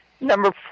Number